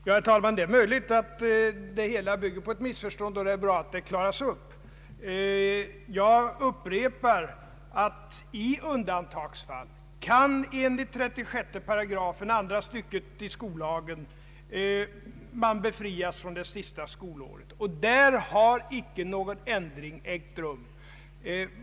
Herr talman! Det är möjligt att här föreligger ett missförstånd. I så fall är det bra att saken klaras upp. Jag upprepar att i undantagsfall kan enligt 36 §, andra stycket, i skollagen elev befrias från det sista skolåret. Där har icke någon ändring ägt rum.